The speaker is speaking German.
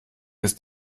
ist